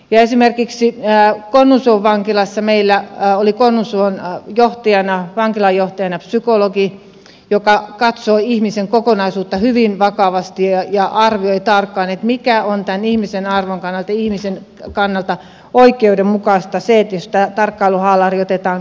esimerkiksi konnunsuon vankilassa meillä oli vankilanjohtajana psykologi joka katsoi ihmisen kokonaisuutta hyvin vakavasti ja arvioi tarkkaan mikä on tämän ihmisen arvon kannalta ihmisen kannalta oikeudenmukaista jos tämä tarkkailuhaalari otetaan käyttöön